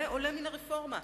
זה עולה מהרפורמה.